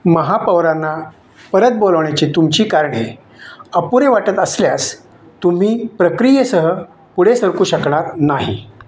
महापौरांना परत बोलवण्याची तुमची कारणे अपुरी वाटत असल्यास तुम्ही प्रक्रियेसह पुढे सरकू शकणार नाही